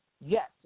Yes